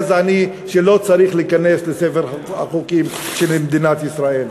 ולכן הוא חוק גזעני שלא צריך להיכנס לספר החוקים של מדינת ישראל.